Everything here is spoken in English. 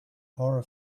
horror